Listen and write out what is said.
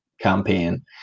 campaign